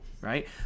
right